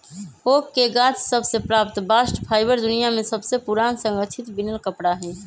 oak के गाछ सभ से प्राप्त बास्ट फाइबर दुनिया में सबसे पुरान संरक्षित बिनल कपड़ा हइ